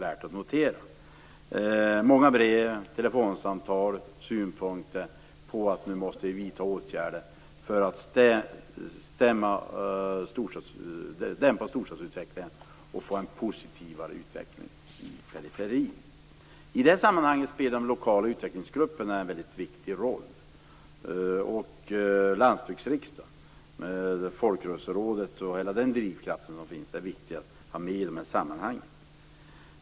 Det har kommit många brev och telefonsamtal med synpunkter på att vi nu måste vidta åtgärder för att dämpa storstadsutvecklingen och få en mer positiv utveckling i periferin. I det sammanhanget spelar de lokala utvecklingsgrupperna en väldigt viktig roll. Landsbygdsriksdagen, Folkrörelserådet och hela den drivkraft som finns där är viktiga att ha med i de här sammanhangen.